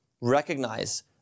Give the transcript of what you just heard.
recognize